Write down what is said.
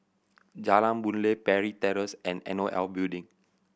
Jalan Boon Lay Parry Terrace and N O L Building